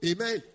Amen